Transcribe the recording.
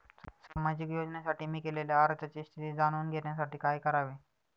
सामाजिक योजनेसाठी मी केलेल्या अर्जाची स्थिती जाणून घेण्यासाठी काय करावे?